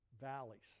valleys